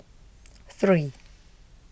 three